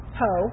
ho